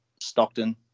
Stockton